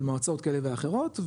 של מועצות כאלה ואחרות,